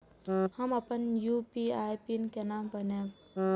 हम अपन UPI PIN केना बनैब?